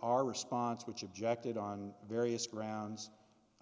our response which objected on various grounds